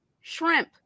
shrimp